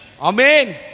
Amen